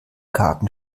karten